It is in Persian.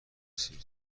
سیب